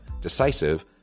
decisive